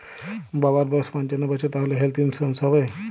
বাবার বয়স পঞ্চান্ন বছর তাহলে হেল্থ ইন্সুরেন্স হবে?